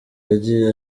yagiye